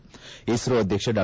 ISRO ಅಧ್ವಕ್ಷ ಡಾ